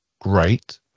Great